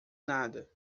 nada